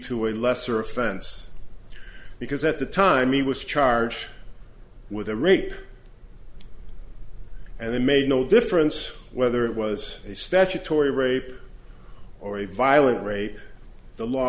to a lesser offense because at the time he was charged with a rape and they made no difference whether it was a statutory rape or a violent rape the law